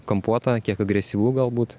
kampuota kiek agresyvu galbūt